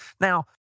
Now